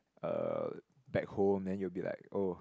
(uh)back home then you'll be like oh